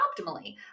optimally